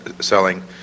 selling